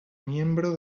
miembro